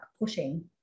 pushing